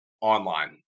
online